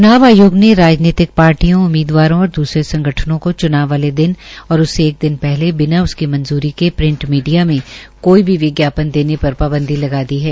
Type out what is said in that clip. च्नाव आयोग ने राजनीतिक पार्टियों उम्मीदवारों और दूसरे संगठनों को चुनाव वाले दिन और उससे एक दिन पहले बिना उसकी मंजूरी के प्रिंट मीडिया में कोई भी विज्ञापन देने पर पांबदी लगा दी है